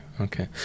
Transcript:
okay